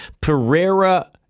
Pereira